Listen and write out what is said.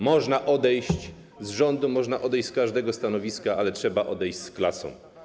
Można odejść z rządu, można odejść z każdego stanowiska, ale trzeba odejść z klasą.